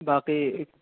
باقی